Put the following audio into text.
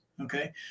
okay